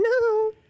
No